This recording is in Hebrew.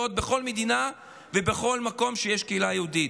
בכל מדינה ובכל מקום שיש קהילה יהודית.